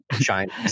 China